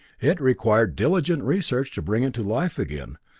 it required diligent research to bring it to life again,